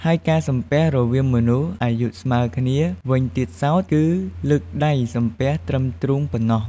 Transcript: ហើយការសំពះរវាងមនុស្សអាយុស្មើគ្នាវិញទៀតសោត គឺលើកដៃសំពះត្រឹមទ្រូងប៉ុណ្ណោះ។